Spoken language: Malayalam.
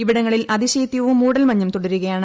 ഇവിടങ്ങളിൽ അതിശൈത്യവും മൂടൽമഞ്ഞും തുടരുകയാണ്